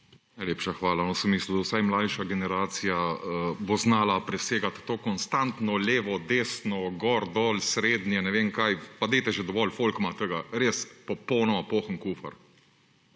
da bo vsaj mlajša generacija znala presegati to konstantno levo, desno, gor, dol, srednje, ne vem kaj. Pa dajte že, dovolj je! Folk ima tega res popolnoma poln kufer.